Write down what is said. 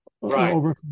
Right